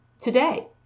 today